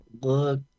Look